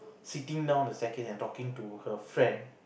sitting down the staircase and talking to her friend